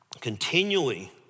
continually